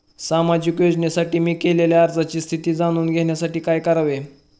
सामाजिक योजनेसाठी मी केलेल्या अर्जाची स्थिती जाणून घेण्यासाठी काय करावे?